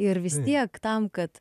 ir vis tiek tam kad